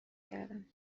کردم